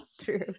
True